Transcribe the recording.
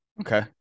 okay